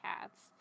cats